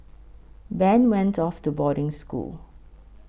Ben went off to boarding school